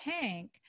tank